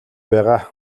байгаа